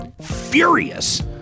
furious